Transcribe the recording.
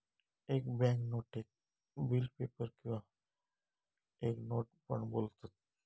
एक बॅन्क नोटेक bill paper किंवा एक नोट पण बोलतत